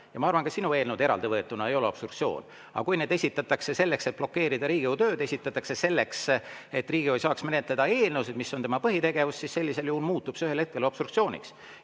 Ma arvan, et ka sinu eelnõud eraldi võetuna ei ole obstruktsioon. Aga kui neid esitatakse selleks, et blokeerida Riigikogu tööd, esitatakse selleks, et Riigikogu ei saaks menetleda eelnõusid, mis on tema põhitegevus, siis muutub see ühel hetkel obstruktsiooniks.